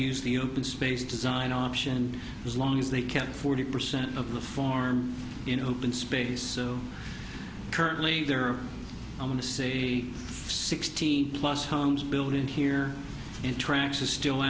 use the open space design option as long as they kept forty percent of the form in open space currently there are going to say sixteen plus homes built in here